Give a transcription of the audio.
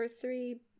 three